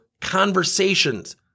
conversations